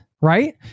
right